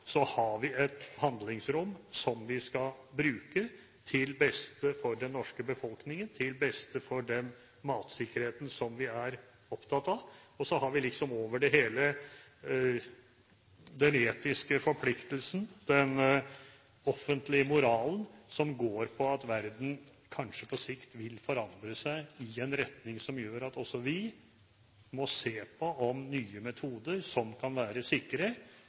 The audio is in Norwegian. Så har vi et handlingsrom som vi skal bruke til beste for den norske befolkningen, til beste for den matsikkerheten som vi er opptatt av. Og så har vi liksom over det hele den etiske forpliktelsen, den offentlige moralen, som går på at verden på sikt kanskje vil forandre seg i en retning som gjør at også vi må se på om nye metoder som kan være sikre,